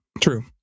True